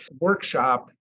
workshop